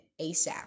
ASAP